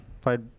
played